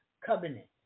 covenant